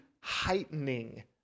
heightening